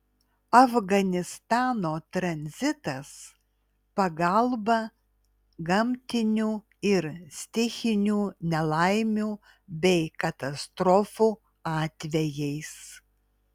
afganistano tranzitas pagalba gamtinių ir stichinių nelaimių bei katastrofų atvejais